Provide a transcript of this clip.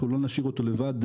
אנחנו לא נשאיר אותו לבד.